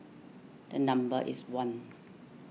the number is one